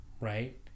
right